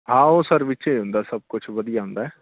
ਹਾਂ ਉਹ ਸਰ ਵਿੱਚੇ ਹੁੰਦਾ ਸਭ ਕੁਛ ਵਧੀਆ ਹੁੰਦਾ ਹੈ